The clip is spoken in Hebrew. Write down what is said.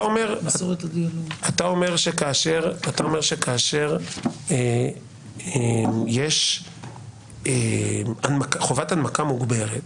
אתה אומר שכאשר יש חובת הנמקה מוגברת,